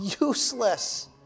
Useless